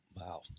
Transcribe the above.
Wow